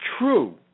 true